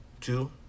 two